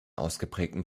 ausgeprägten